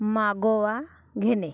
मागोवा घेणे